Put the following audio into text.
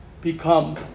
become